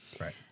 right